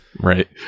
right